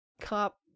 cop